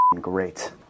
great